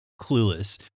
clueless